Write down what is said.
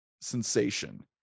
sensation